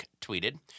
tweeted